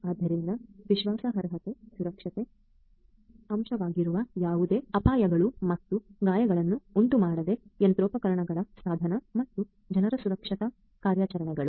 ಆದ್ದರಿಂದ ವಿಶ್ವಾಸಾರ್ಹತೆಯ ಸುರಕ್ಷತಾ ಅಂಶವಾಗಿರುವ ಯಾವುದೇ ಅಪಾಯಗಳು ಮತ್ತು ಗಾಯಗಳನ್ನು ಉಂಟುಮಾಡದೆ ಯಂತ್ರೋಪಕರಣಗಳ ಸಾಧನ ಮತ್ತು ಜನರ ಸುರಕ್ಷಿತ ಕಾರ್ಯಾಚರಣೆಗಳು